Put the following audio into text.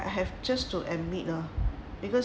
I have just to admit lah because